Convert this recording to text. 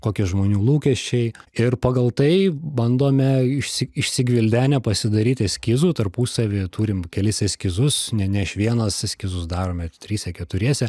kokie žmonių lūkesčiai ir pagal tai bandome išsi išsigvildenę pasidaryt eskizų tarpusavyje turim kelis eskizus ne ne aš vienas eskizus darome trise keturiese